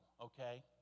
okay